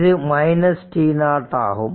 இது t0 ஆகும்